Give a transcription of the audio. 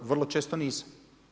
Vrlo često nisam.